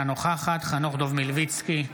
אינה נוכחת חנוך דב מלביצקי,